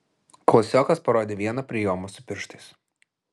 klasiokas parodė vieną prijomą su pirštais